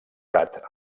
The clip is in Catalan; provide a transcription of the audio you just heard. prat